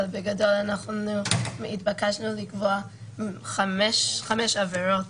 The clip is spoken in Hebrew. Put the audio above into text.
אבל בגדול אנחנו התבקשנו לקבוע חמש עבירות